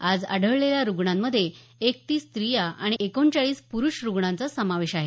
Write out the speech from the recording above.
आज आढळलेल्या रुग्णांमध्ये एकतीस स्त्रिया आणि एकोणचाळीस पुरूष रुग्णांचा समावेश आहे